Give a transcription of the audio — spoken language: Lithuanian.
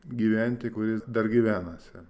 gyventi kuris dar gyvenasi